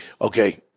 okay